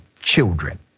children